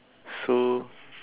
so